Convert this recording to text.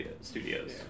Studios